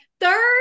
Third